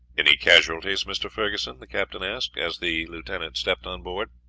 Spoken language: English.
any casualties, mr. ferguson? the captain asked, as the lieutenant stepped on board.